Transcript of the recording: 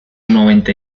noventa